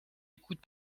écoute